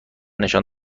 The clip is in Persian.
نشان